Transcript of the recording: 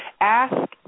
Ask